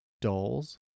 Dolls